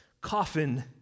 coffin